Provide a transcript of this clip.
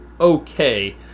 okay